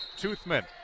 Toothman